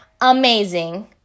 Amazing